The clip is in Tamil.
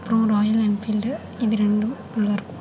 அப்புறம் ராயல் என்ஃபில்டு இது ரெண்டும் நல்லாயிருக்கும்